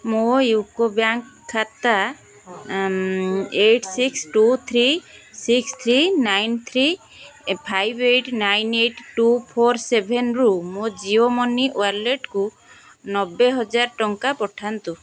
ମୋ UCO bank ଖାତା eight six two three six three nine three five eight nine eight two four ସେଭେନରୁ ମୋ Jio money ୱାଲେଟକୁ ନବେ ହଜାରେ ଟଙ୍କା ପଠାନ୍ତୁ